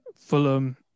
Fulham